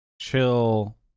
chill